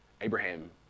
Abraham